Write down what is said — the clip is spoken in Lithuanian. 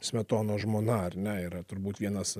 smetonos žmona ar ne yra turbūt vienas